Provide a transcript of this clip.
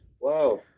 Wow